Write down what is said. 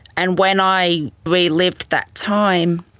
and when i re-lived that time,